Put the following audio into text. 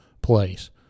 Place